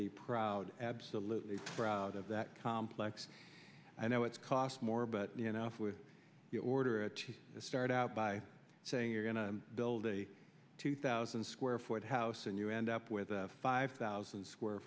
be proud absolutely proud of that complex i know it's cost more but enough with the order to start out by saying you're going to build a two thousand square foot house and you end up with a five thousand square